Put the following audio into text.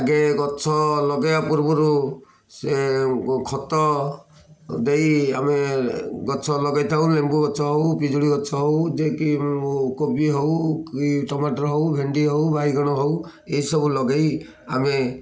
ଆଗେ ଗଛ ଲଗାଇବା ପୂର୍ବରୁ ସେ ଖତ ଦେଇ ଆମେ ଗଛ ଲଗାଇଥାଉ ଲେମ୍ବୁ ଗଛ ହଉ ପିଜୁଳି ଗଛ ହଉ ଯେ କି କୋବି ହଉ କି ଟମାଟର ହଉ ଭେଣ୍ଡି ହଉ ବାଇଗଣ ହଉ ଏଇସବୁ ଲଗାଇ ଆମେ